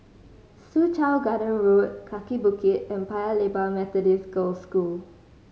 Soo Chow Garden Road Kaki Bukit and Paya Lebar Methodist Girls' School